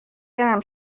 برم